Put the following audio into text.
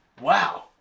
wow